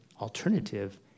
alternative